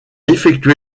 effectué